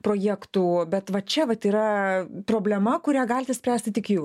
projektų bet va čia vat yra problema kurią galit išspręsti tik jū